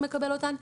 שמקבל אותן,